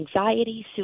anxiety